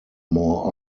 more